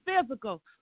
physical